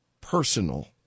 personal